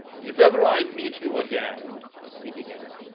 if ever i meet you again he began.